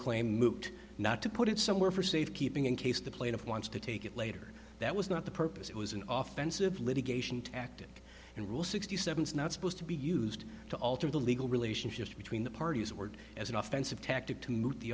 claim moot not to put it somewhere for safe keeping in case the plaintiff wants to take it later that was not the purpose it was a off pensive litigation tactic and rule sixty seven is not supposed to be used to alter the legal relationship between the parties or as an offensive tactic to mo